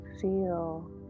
feel